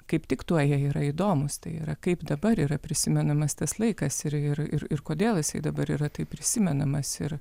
kaip diktuoja yra įdomūs tai yra kaip dabar yra prisimenamas tas laikas ir ir ir ir kodėl jisai dabar yra taip prisimenamas ir